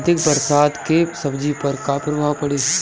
अधिक बरसात के सब्जी पर का प्रभाव पड़ी?